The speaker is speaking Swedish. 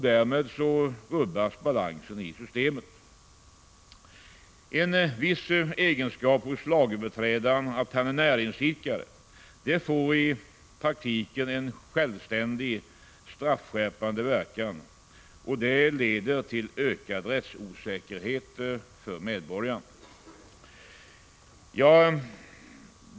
Därmed rubbas balansen i systemet. En viss egenskap hos lagöverträdaren — att han är näringsidkare — får i praktiken en självständig, straffskärpande verkan. Detta leder till ökad rättsosäkerhet för medborgaren.